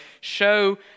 show